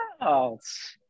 else